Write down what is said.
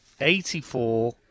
eighty-four